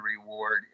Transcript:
reward